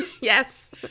Yes